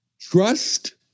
trust